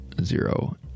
zero